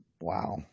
Wow